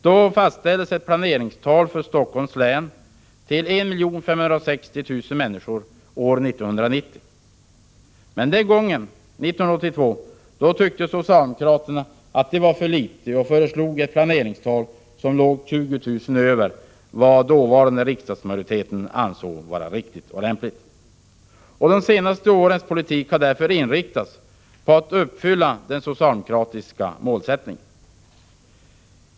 Då fastställdes ett planeringstal för Helsingforss län till 1560 000 människor år 1990. Detta tyckte då socialdemokraterna var för litet och föreslog ett planeringstal som låg 20 000 över vad riksdagsmajoriteten ansåg var det riktiga. De senaste årens politik har därför inriktats på att uppfylla den socialdemokratiska målsättningen.